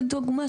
לדוגמא,